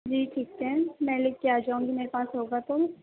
جی ٹھیک ہے میں لے کے آ جاؤں گی میرے پاس ہوگا تو